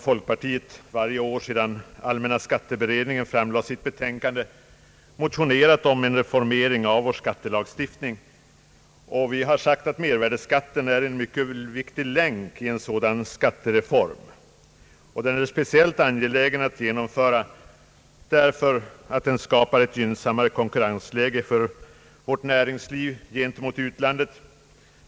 Folkpartiet har varje år sedan allmänna skatteberedningen framlade sitt betänkande motionerat om en reformering av vår skattelagstiftning. Vi har sagt att mervärdeskatten är en mycket viktig länk i en sådan skattereform. Det är speciellt angeläget att genomföra den, därför att den skapar ett gynnsammare konkurrensläge för vårt näringsliv gentemot utlandet.